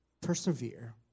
persevere